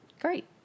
great